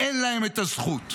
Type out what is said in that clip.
אין להם את הזכות.